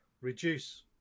reduce